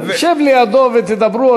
שב לידו ותדברו.